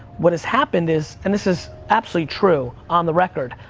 what has happened is, and this is absolutely true, on the record,